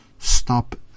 Stop